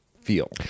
feel